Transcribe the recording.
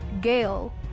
Gail